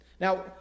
Now